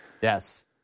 Yes